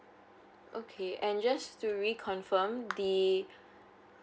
okay and just to reconfirm the